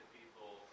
people